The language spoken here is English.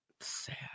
Sad